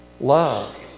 love